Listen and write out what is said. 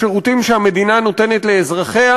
בשירותים שהמדינה נותנת לאזרחיה.